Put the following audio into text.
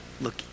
Look